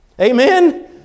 Amen